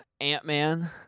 Ant-Man